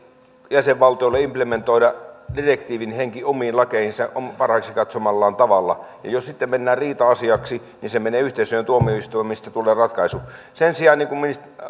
jäsenvaltioille implementoida direktiivin henki omiin lakeihinsa parhaaksi katsomallaan tavalla jos sitten mennään riita asiaksi niin se menee yhteisöjen tuomioistuimeen mistä tulee ratkaisu sen sijaan niin kuin